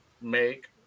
make